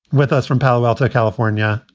with us from palo alto, california.